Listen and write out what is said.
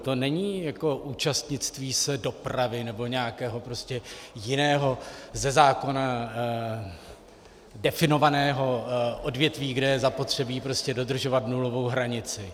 To není jako účastnit se dopravy nebo nějakého jiného ze zákona definovaného odvětví, kde je zapotřebí dodržovat nulovou hranici.